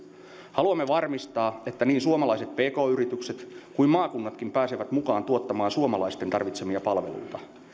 haluamme varmistaa että niin suomalaiset pk yritykset kuin maakunnatkin pääsevät mukaan tuottamaan suomalaisten tarvitsemia palveluita